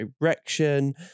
direction